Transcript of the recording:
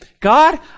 God